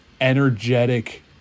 energetic